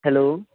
hello